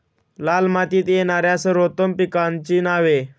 लाल मातीत येणाऱ्या सर्वोत्तम पिकांची नावे?